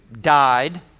died